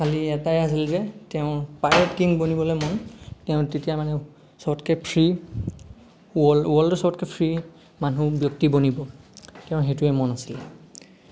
খালী এটাই আছিল যে তেওঁৰ পাইৰেট কিং বনিবলৈ মন তেওঁ তেতিয়া মানে সবতকৈ ফ্ৰী ৱৰ্ল্ড ৱৰ্ল্ডৰ সবতকৈ ফ্ৰী মানুহ ব্যক্তি বনিব তেওঁৰ সেইটোৱে মন আছিলে